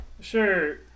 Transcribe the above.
Sure